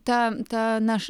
ta ta naš